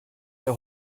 der